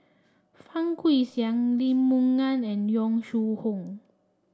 Fang Guixiang Lee Moon Ngan and Yong Shu Hoong